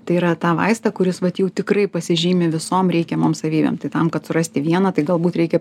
tai yra tą vaistą kuris vat jau tikrai pasižymi visom reikiamom savybėm tai tam kad surasti vieną tai galbūt reikia